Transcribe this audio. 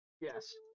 Yes